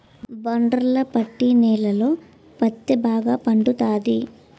ఒండ్రు మట్టి నేలలలో పత్తే బాగా పండుతది